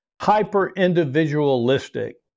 hyper-individualistic